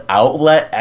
outlet